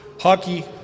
Hockey